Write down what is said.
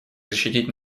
защитить